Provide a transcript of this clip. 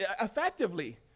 effectively